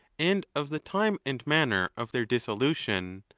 and of the time and manner of their dissolution,